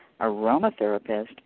Aromatherapist